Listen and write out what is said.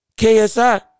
KSI